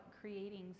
creating